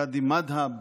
קאדים מד'הב,